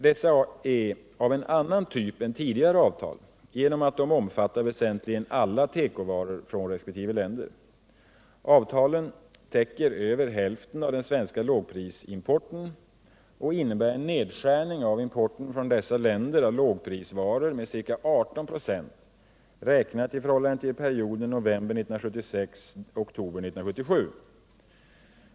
Dessa är av en annan typ än tidigare avtal genom att de omfattar väsentligen alla tekovaror från resp. länder. Avtalen täcker över hälften av den svenska lågprisimporten och innebär en nedskärning av importen från dessa länder av lågprisvaror med ca 18 96, räknat i förhållande till perioden november 1976-oktober 1977.